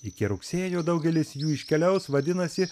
iki rugsėjo daugelis jų iškeliaus vadinasi